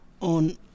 on